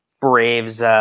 Braves –